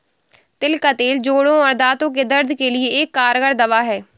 तिल का तेल जोड़ों और दांतो के दर्द के लिए एक कारगर दवा है